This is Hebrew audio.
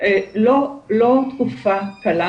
לא תקופה קלה,